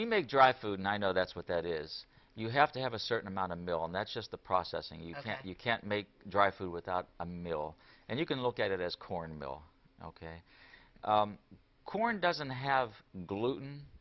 you make dry food and i know that's what that is you have to have a certain amount of bill and that's just the processing you know you can't make dry food without a meal and you can look at it as corn meal ok corn doesn't have gluten